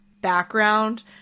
background